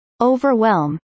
overwhelm